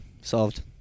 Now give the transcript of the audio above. Solved